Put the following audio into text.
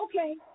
okay